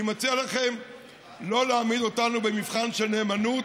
אני מציע לכם לא להעמיד אותנו במבחן של נאמנות,